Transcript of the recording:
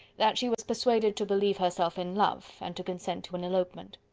that she was persuaded to believe herself in love, and to consent to an elopement.